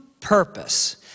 purpose